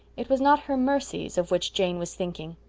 it was not her mercies of which jane was thinking.